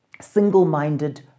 single-minded